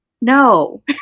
no